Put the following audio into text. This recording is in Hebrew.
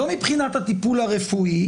לא מבחינת הטיפול הרפואי,